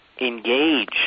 engage